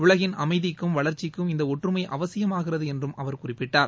உலகின் அமைதிக்கும் வளர்ச்சிக்கும் இந்த ஒற்றுமை அவசியமாகிறது என்றும் அவர் குறிப்பிட்டார்